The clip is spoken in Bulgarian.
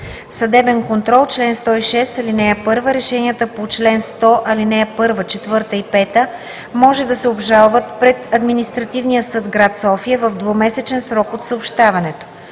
„Съдебен контрол Чл. 106. (1) Решенията по чл. 100, ал. 1, 4 и 5 може да се обжалват пред Административния съд – град София, в двумесечен срок от съобщаването.